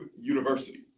University